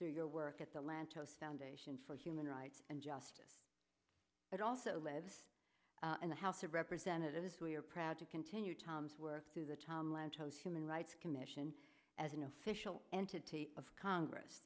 through your work at the lantos foundation for human rights and justice but also lives in the house of representatives we are proud to continue thom's work through the tom lantos human rights commission as an official entity of congress